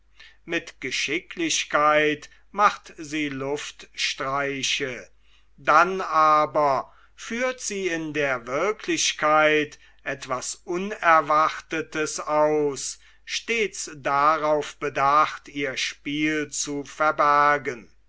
mit geschicklichkeit macht sie luftstreiche dann aber führt sie in der wirklichkeit etwas unerwartetes aus stets darauf bedacht ihr spiel zu verbergen